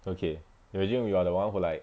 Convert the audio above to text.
okay imagine you are the one who like